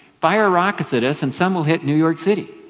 fire rockets at us, and some will hit new york city.